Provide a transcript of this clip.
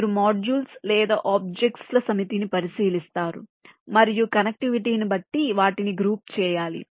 మీరు మాడ్యూల్స్ లేదా ఆబ్జెక్ట్ ల సమితిని పరిశీలిస్తారు మరియు కనెక్టివిటీని బట్టి వాటిని గ్రూప్ చేయాలి